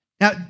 Now